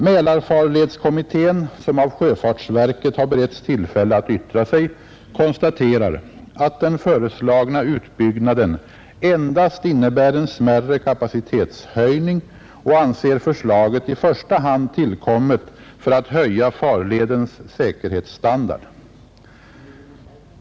Mälarfarledskommittén, som av sjöfartsverket har beretts tillfälle att yttra sig, konstaterar att den föreslagna utbyggnaden endast innebär en smärre kapacitetshöjning och anser förslaget i första hand tillkommet för att höja farledens säkerhetsstandard.